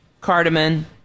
cardamom